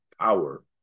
power